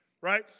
Right